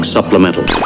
Supplemental